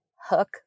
hook